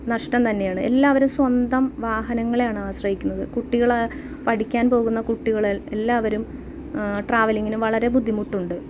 നഷ്ടം തന്നെയാണ് എല്ലാവരും സ്വന്തം വാഹനങ്ങളെയാണ് ആശ്രയിക്കുന്നത് കുട്ടികൾ പഠിക്കാൻ പോകുന്ന കുട്ടികൾ എല്ലാവരും ട്രാവലിങ്ങിന് വളരെ ബുദ്ധിമുട്ടുണ്ട്